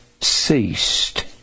ceased